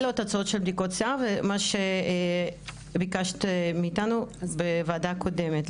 אלו התוצאות של בדיקות שיער ומה שביקשת מאיתנו בוועדה הקודמת.